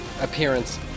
appearance